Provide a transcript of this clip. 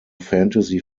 fantasy